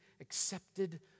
accepted